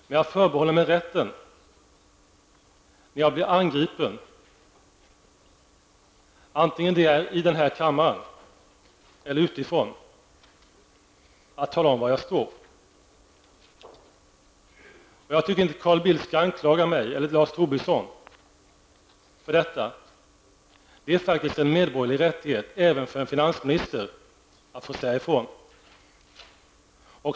Men jag förbehåller mig rätten att, när jag blir angripen här i kammaren eller utifrån, tala om var jag står. Carl Bildt och Lars Tobisson skall inte anklaga mig för detta. Det är faktiskt en medborgerlig rättighet även för en finansminister att få säga ifrån.